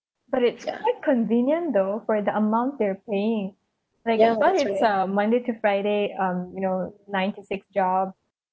but it's quite convenient though for the amount they're paying like your one is a monday to friday um you know nine to six job